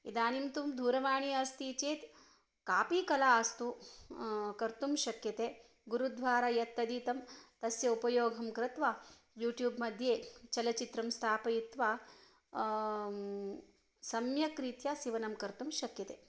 इदानीं तु दूरवाणी अस्ति चेत् कापि कला अस्तु कर्तुं शक्यते गुरुद्वारा यत् अधीतं तस्य उपयोगं कृत्वा यूट्यूब् मध्ये चलचित्रं स्थापयित्वा सम्यक् रीत्या सीवनं कर्तुं शक्यते